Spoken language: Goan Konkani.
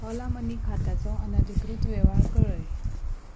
ऑला मनी खात्याचो अनधिकृत वेव्हार कळय